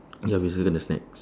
ya we circle the snacks